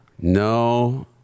No